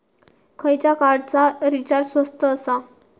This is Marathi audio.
खयच्या कार्डचा रिचार्ज स्वस्त आसा?